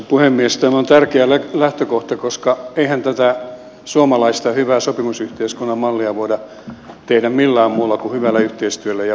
tämä on tärkeä lähtökohta koska eihän tätä suomalaista hyvää sopimusyhteiskunnan mallia voida tehdä millään muulla kuin hyvällä yhteistyöllä ja vahvalla luottamuksella